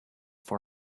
for